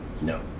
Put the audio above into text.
No